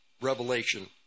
Revelation